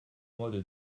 mode